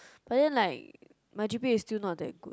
but then like my g_p_a is still not that good